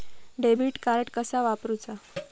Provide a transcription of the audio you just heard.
Debit card कसा वापरुचा?